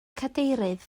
cadeirydd